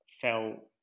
fell